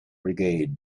brigade